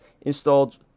installed